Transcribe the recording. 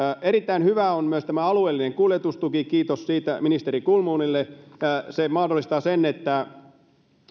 erittäin hyvä on myös tämä alueellinen kuljetustuki kiitos siitä ministeri kulmunille se mahdollistaa sen että